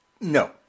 No